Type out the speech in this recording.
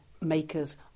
makers